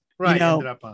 Right